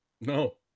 No